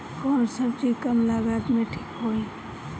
कौन सबजी कम लागत मे ठिक होई?